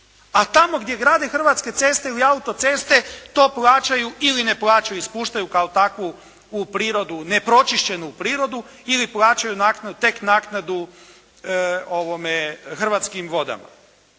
a tamo gdje grade Hrvatske ceste ili autoceste to plaćaju ili ne plaćaju, ispuštaju kao takvu u prirodu, nepročišćenu u prirodu ili plaćaju tek naknadu Hrvatskim vodama?